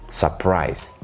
surprise